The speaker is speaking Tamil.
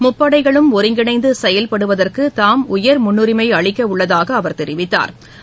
முப்படைகளும் ஒருங்கிணைந்து செயல்படுவதற்கு தாம் உயர் முன்னுரிமை அளிக்க உள்ளதாக அவர் தெரிவித்தாா்